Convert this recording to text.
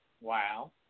Wow